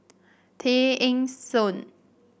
Tay Eng Soon